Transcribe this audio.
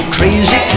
Crazy